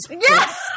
Yes